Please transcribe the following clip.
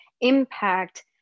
impact